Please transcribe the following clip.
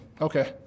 okay